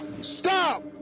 Stop